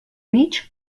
mig